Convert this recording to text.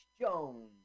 Jones